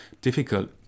difficult